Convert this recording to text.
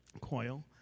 Coil